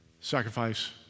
Sacrifice